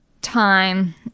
time